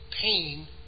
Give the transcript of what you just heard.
pain